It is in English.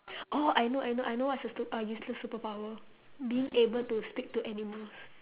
oh I know I know I know what's a stu~ uh useless superpower being able to speak to animals